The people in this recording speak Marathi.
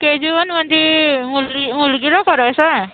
के जी वनमध्ये मुली मुलगीला करायची आहे